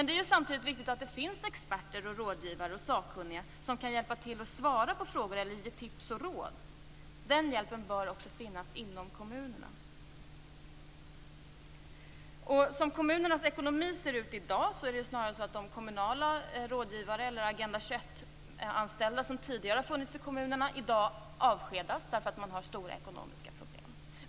Det är samtidigt viktigt att det finns experter, rådgivare och sakkunniga som kan hjälpa till att svara på frågor eller ge tips och råd. Den hjälpen bör också finnas inom kommunerna. Som kommunernas ekonomi ser ut i dag är det snarast så att kommunala rådgivare eller Agenda 21 anställda som tidigare funnits i kommunerna i dag avskedas därför att man har stora ekonomiska problem.